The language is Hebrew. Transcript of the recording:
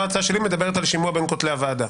ההצעה שלי מדברת על שימוע בין כותלי הוועדה.